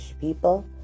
people